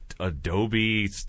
Adobe